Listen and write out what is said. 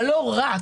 אבל לא רק,